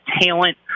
talent